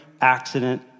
accident